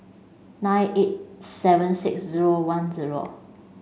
nine eight seven six zero one zero